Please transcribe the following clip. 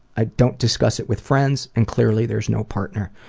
i don't discuss it with friends and clearly there's no partner.